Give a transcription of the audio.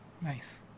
nice